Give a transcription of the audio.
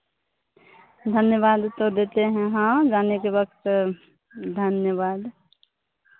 धन्यवाद तो देते हैं हाँ जाने के वक्त धन्यवाद